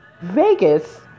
Vegas